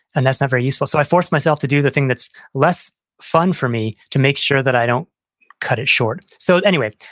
and that's not very useful. so i force myself to do the thing that's less fun for me to make sure that i don't cut it short so anyway,